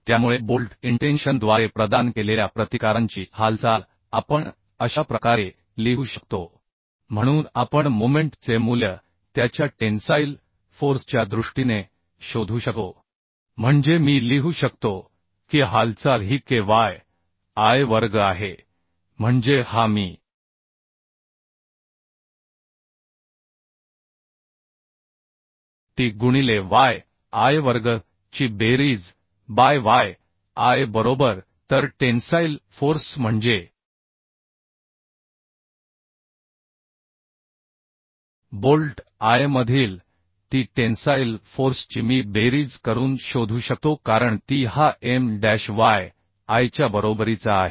त्यामुळे बोल्ट इंटेंशनद्वारे प्रदान केलेल्या प्रतिकारांची मोमेंट आपण अशा प्रकारे लिहू शकतो म्हणून आपण मोमेंट चे मूल्य त्याच्या टेन्साईल फोर्स च्या दृष्टीने शोधू शकतो म्हणजे मी लिहू शकतो की हालचाल ही kyi वर्ग आहे म्हणजे हा मी Ti गुणिले yi वर्ग ची बेरीज बाय yi बरोबर तर टेन्साईल फोर्स म्हणजे बोल्ट i मधील Ti टेन्साइल फोर्सची मी बेरीज करून शोधू शकतो कारण Ti हा M डॅश yiच्या बरोबरीचा आहे